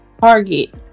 target